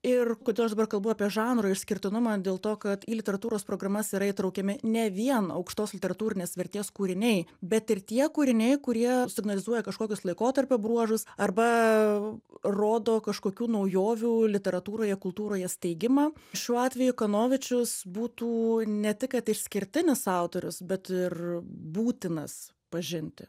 ir kodėl aš dabar kalbu apie žanro išskirtinumą dėl to kad į literatūros programas yra įtraukiami ne vien aukštos literatūrinės vertės kūriniai bet ir tie kūriniai kurie signalizuoja kažkokius laikotarpio bruožus arba rodo kažkokių naujovių literatūroje kultūroje steigimą šiuo atveju kanovičius būtų ne tik kad išskirtinis autorius bet ir būtinas pažinti